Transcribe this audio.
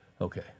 Okay